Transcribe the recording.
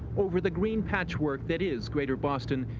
over the green patchwork that is greater boston,